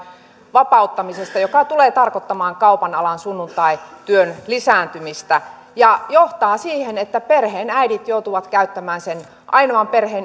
vapauttamisesta joka tulee tarkoittamaan kaupan alan sunnuntaityön lisääntymistä ja johtaa siihen että perheenäidit joutuvat käyttämään perheen ainoan